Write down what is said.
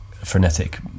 frenetic